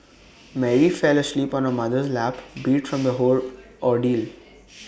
Mary fell asleep on her mother's lap beat from the whole ordeal